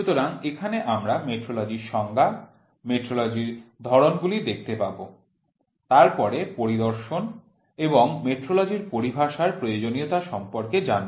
সুতরাং এখানে আমরা মেট্রোলজির সংজ্ঞা মেট্রোলজির ধরণগুলি দেখতে পাব তারপরে পরিদর্শন এবং মেট্রোলজির পরিভাষার প্রয়োজনীয়তা সম্পর্কে জানব